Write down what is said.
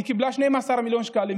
היא קיבלה 12 מיליון שקלים,